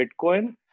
Bitcoin